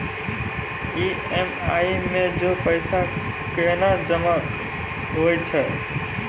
EMI मे जे पैसा केना जमा होय छै?